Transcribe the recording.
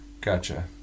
Gotcha